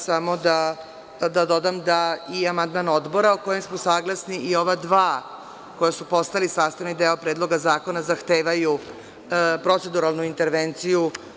Samo da dodam da i amandman Odbora, o kojem smo saglasni, i ova dva koja su postali sastavni deo Predloga zakona zahtevaju proceduralnu intervenciju.